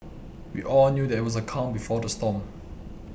we all knew that it was the calm before the storm